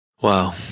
Wow